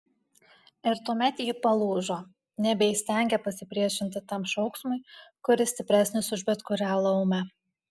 ir tuomet ji palūžo nebeįstengė pasipriešinti tam šauksmui kuris stipresnis už bet kurią laumę